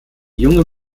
junge